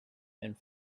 and